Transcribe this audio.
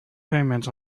payment